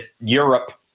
Europe